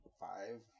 five